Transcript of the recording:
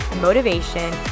motivation